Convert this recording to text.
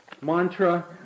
mantra